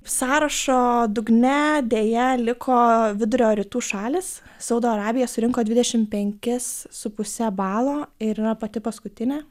sąrašo dugne deja liko vidurio rytų šalys saudo arabija surinko dvidešimt penkis su puse balo ir yra pati paskutinė